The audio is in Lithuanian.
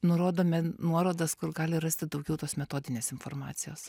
nurodome nuorodas kur gali rasti daugiau tos metodinės informacijos